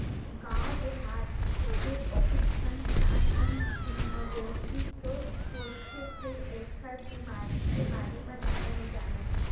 गाँव देहाथ के बहुत झन किसान मन मवेशी तो पोसथे फेर एखर बेमारी के बारे म जादा नइ जानय